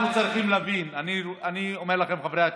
אנחנו צריכים להבין, אני אומר לכם, חברי הכנסת: